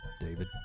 David